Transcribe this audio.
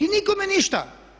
I nikome ništa!